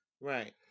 Right